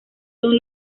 son